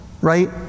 Right